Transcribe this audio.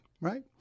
Right